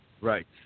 Right